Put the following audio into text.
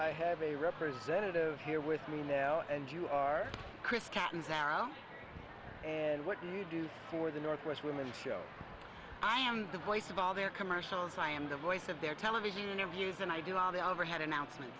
i have a representative here with me now and you are chris caton zara what do you do for the northwest women show i am the voice of all their commercials i am the voice of their television interviews and i do all the overhead announcements